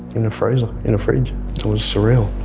in a freezer, in a fridge. it was surreal.